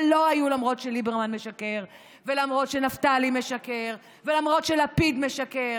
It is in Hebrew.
ולא היו: למרות שליברמן משקר ולמרות שנפתלי משקר ולמרות שלפיד משקר,